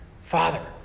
Father